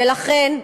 ולכן,